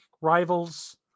rivals